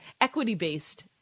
equity-based